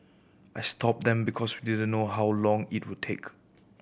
I stopped them because we didn't know how long it would take